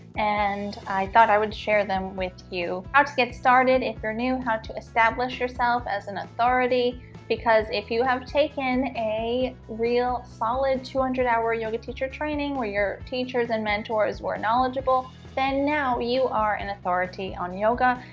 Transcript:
and i thought i would share them with you. i'll just get started if you're new how to establish yourself as an authority because if you have taken a real solid two hundred our yoga teacher training where your teachers and mentors were knowledgeable then now you are an authority on yoga,